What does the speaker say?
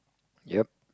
ya